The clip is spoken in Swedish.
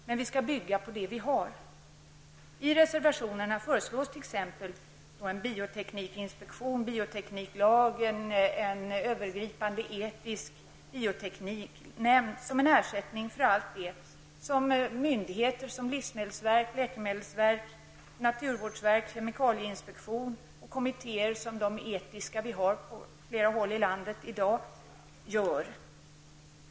Vi skall dock bygga på det vi har. I reservationerna föreslås t.ex. en bioteknikinspektion, en biotekniklag och en övergripande etisk biotekniknämnd som en ersättning för allt det som redan nu görs av myndigheter, livsmedelsverk, läkemedelsverk, naturvårdsverk, kemikalieinspektion och de etiska kommittéer som i dag finns i dag på flera håll i landet.